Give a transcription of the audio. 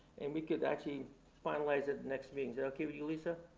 and we could actually finalize it next meeting. is that okay with you, lisa?